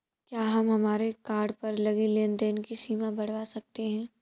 क्या हम हमारे कार्ड पर लगी लेन देन की सीमा बढ़ावा सकते हैं?